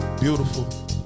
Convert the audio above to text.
Beautiful